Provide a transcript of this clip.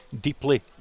deeply